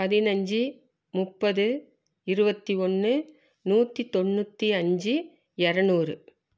பதினைஞ்சி முப்பது இருபத்தி ஒன்று நூற்றி தொண்ணூத்தஞ்சு இரநூறு